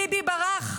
ביבי ברח.